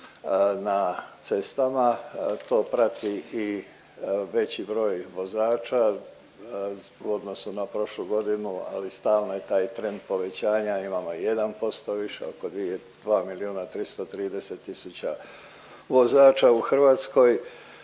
na cestama. To prati i veći broj vozača u odnosu na prošlu godinu, ali stalno je taj trend povećanja imamo 1% više oko dvije 2 miliona 330 tisuća vozača u Hrvatskoj,